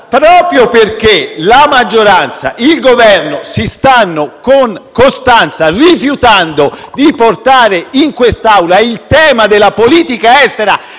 Proprio perché la maggioranza e il Governo si stanno, con costanza, rifiutando di portare in quest'Aula il tema della politica estera